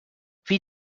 wie